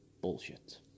bullshit